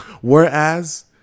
Whereas